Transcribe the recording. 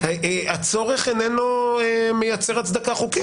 הצורך איננו מייצר הצדקה חוקית.